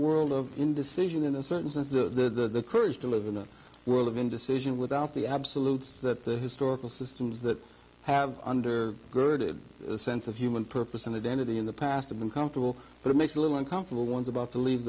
world of indecision in a certain sense the courage to live in a world of indecision without the absolutes that the historical systems that have under girded sense of human purpose and identity in the past have been comfortable but it makes a little uncomfortable ones about to leave